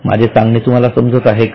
माझे सांगणे तुम्हाला समजत आहे का